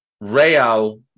Real